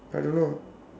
I don't know